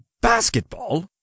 basketball